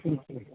ਠੀਕ ਐ